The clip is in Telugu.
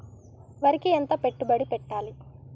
వరికి ఎంత పెట్టుబడి పెట్టాలి?